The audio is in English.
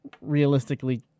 realistically